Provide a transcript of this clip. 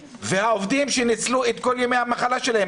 והעובדים שניצלו את כל ימי המחלה שלהם,